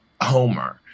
Homer